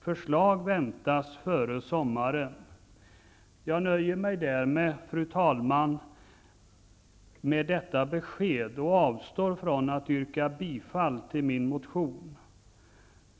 Förslag väntas före sommaren. Jag nöjer mig, fru talman, med detta besked och avstår från att yrka bifall till min motion.